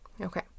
okay